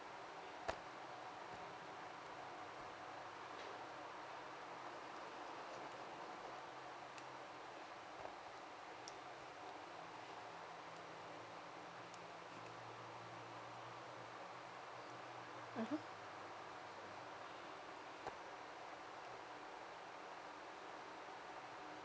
mmhmm